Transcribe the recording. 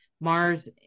Mars